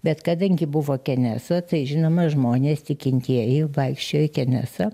bet kadangi buvo kenesa tai žinoma žmonės tikintieji vaikščiojo į kenesą